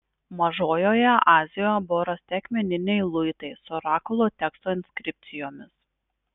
mažojoje azijoje buvo rasti akmeniniai luitai su orakulo teksto inskripcijomis